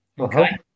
Okay